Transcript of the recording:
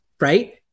right